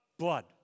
blood